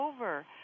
over